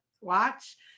Watch